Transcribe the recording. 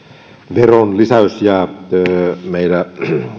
veronlisäys meillä